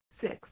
Six